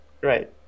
right